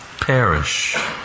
perish